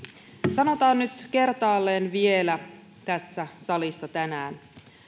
sanotaan nyt kertaalleen vielä tässä salissa tänään